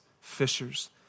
fishers